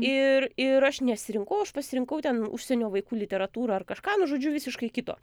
ir ir aš nesirinkau aš pasirinkau ten užsienio vaikų literatūrą ar kažką nu žodžiu visiškai kito